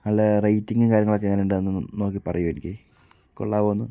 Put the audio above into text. ആൾടെ റേറ്റിങ്ങും കാര്യങ്ങളും ഒക്കെ എങ്ങനുണ്ട് അതൊന്നു നോക്കി പറയുമോ എനിക്ക് കൊള്ളാവോന്ന്